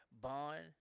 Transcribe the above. bond